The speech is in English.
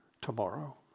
tomorrow